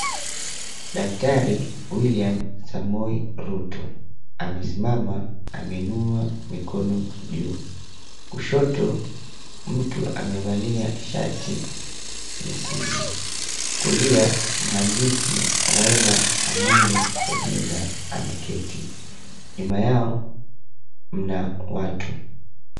Daktari William Samoei Ruto amesimama, ameinua mikono juu. Kushoto, mtu amevalia shati nyekundu. Kulia mhandisi Raila Amolo Odinga ameketi. Nyuma yao mna watu.